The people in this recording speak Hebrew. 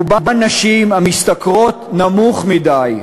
רובן נשים המשתכרות שכר נמוך מדי,